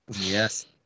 yes